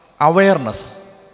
Awareness